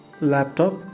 laptop